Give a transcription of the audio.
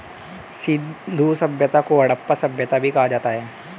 सिंधु सभ्यता को हड़प्पा सभ्यता भी कहा जाता है